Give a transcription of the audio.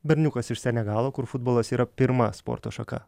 berniukas iš senegalo kur futbolas yra pirma sporto šaka